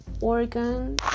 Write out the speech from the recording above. organ